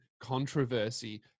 controversy